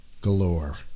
galore